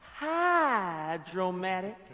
hydromatic